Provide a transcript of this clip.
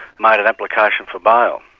made an application for bail.